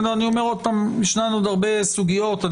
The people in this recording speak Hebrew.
יש עוד הרבה סוגיות.